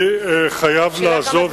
אני חייב לעזוב,